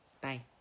Bye